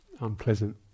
unpleasant